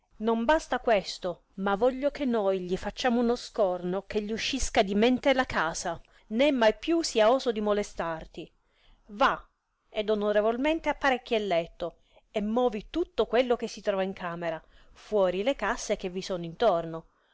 non basta questo ma voglio che noi gli facciamo uno scorno che gli uscisca di mente la casa né mai più sia oso di molestarti va ed onorevolmente apparecchia il letto e movi tutto quello che si trova in camera fuori le casse che vi sono in